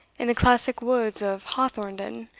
in the classic woods of hawthornden,